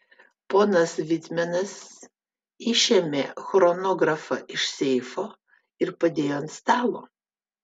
ponas vitmenas išėmė chronografą iš seifo ir padėjo ant stalo